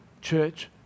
church